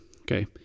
okay